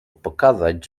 pokazać